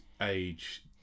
age